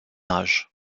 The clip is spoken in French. âge